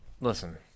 listen